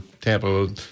Tampa